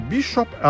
Bishop